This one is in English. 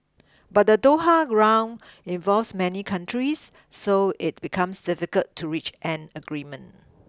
but the Doha Round involves many countries so it becomes difficult to reach an agreement